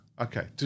Okay